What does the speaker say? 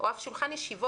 או אף שולחן ישיבות,